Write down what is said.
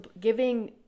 Giving